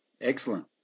Excellent